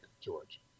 George